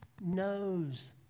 knows